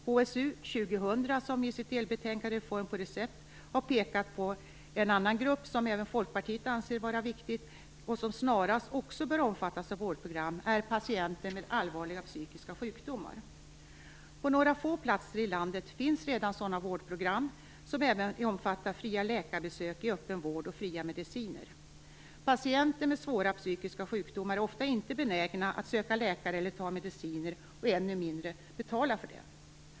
HSU 2000 har i sitt delbetänkande Reform på recept pekat på en annan grupp som även Folkpartiet anser vara viktig och som snarast också bör omfattas av vårdprogram, nämligen patienter med allvarliga psykiska sjukdomar. På några få platser i landet finns redan sådana vårdprogram, som även omfattar fria läkarbesök i öppen vård och fria mediciner. Patienter med svåra psykiska sjukdomar är ofta inte benägna att söka läkare eller ta mediciner och ännu mindre att betala för detta.